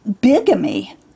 bigamy